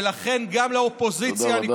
ולכן גם לאופוזיציה, תודה רבה.